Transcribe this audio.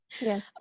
Yes